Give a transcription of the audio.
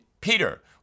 Peter